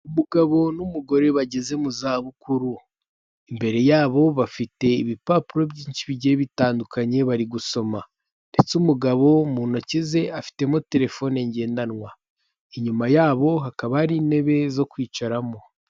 Umugabo n'umugore bageze mu za bukuru, imbere yabo bafite ibipapuro byinshi bigiye bitandukanye bari gusoma, ndetse umugabo mu ntoki ze afitemo telefone ngendanwa, inyuma yabo hakaba ari intebe zo kwicaramo.